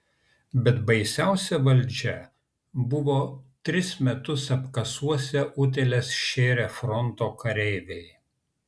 bet baisiausia valdžia buvo tris metus apkasuose utėles šėrę fronto kareiviai